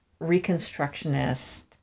Reconstructionist